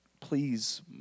Please